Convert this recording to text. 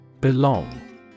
Belong